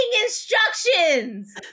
instructions